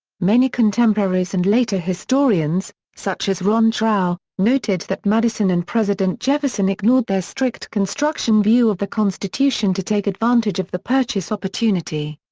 many contemporaries and later historians, such as ron chernow, noted that madison and president jefferson ignored their strict construction view of the constitution to take advantage of the purchase opportunity.